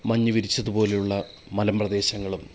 മഞ്ഞു വിരിച്ചതുപോലെയുള്ള മലപ്രദേശങ്ങളും